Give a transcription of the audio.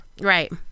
Right